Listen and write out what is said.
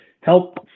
help